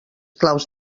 claus